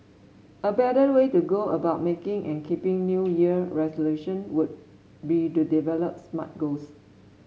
a better way to go about making and keeping New Year resolution would be to develop Smart goals